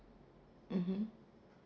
mmhmm